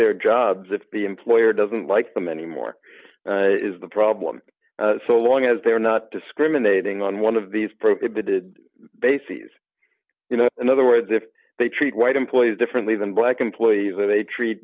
their jobs if the employer doesn't like them anymore is the problem so long as they're not discriminating on one of these prohibited bases you know in other words if they treat white employees differently than black employees or they treat